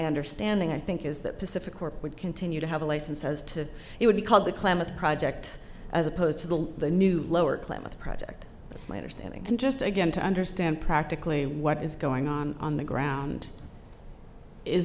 understanding i think is that pacific corp would continue to have a license as to it would be called the klamath project as opposed to the the new lower klamath project it's my understanding and just again to understand practically what is going on on the ground is